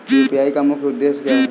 UPI का मुख्य उद्देश्य क्या है?